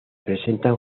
presentan